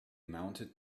mounted